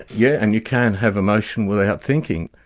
yeah and you can't have emotion without thinking.